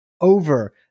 over